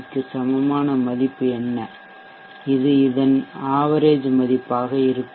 க்கு சமமான மதிப்பு என்ன இது இதன் ஆவரேஜ்சராசரி மதிப்பாக இருக்கும்